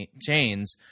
chains